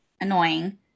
annoying